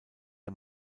der